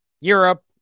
Europe